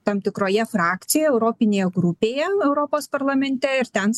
tam tikroje frakcijoje europinėje grupėje europos parlamente ir ten sakykim